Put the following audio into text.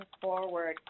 forward